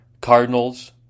Cardinals